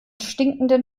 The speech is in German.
stinkenden